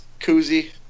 koozie